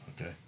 Okay